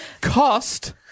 cost